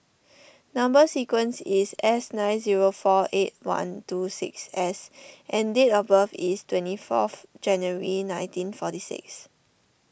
Number Sequence is S nine zero four eight one two six S and date of birth is twenty fourth January nineteen forty six